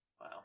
Wow